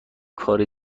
کار